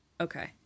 Okay